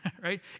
right